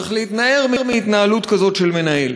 צריך להתנער מהתנהלות כזאת של מנהל.